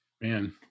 Man